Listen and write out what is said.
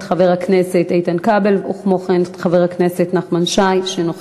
13 חברי כנסת בעד הצעת החוק, אין